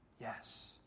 Yes